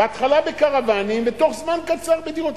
בהתחלה בקרוונים, ובתוך זמן קצר בדירות.